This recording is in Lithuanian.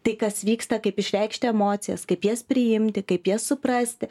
tai kas vyksta kaip išreikšti emocijas kaip jas priimti kaip jas suprasti